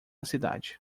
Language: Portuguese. cidade